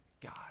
God